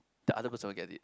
the other person will get it